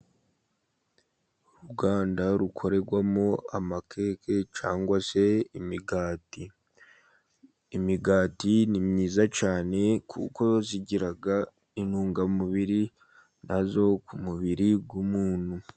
Uruganda rukorerwamo amakeke cyangwa se imigati. Imigati ni myiza cyane, kuko igira intungamubiri nayo ku mubiri w'umuntu.